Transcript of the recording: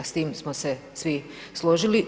S tim smo se svi složili.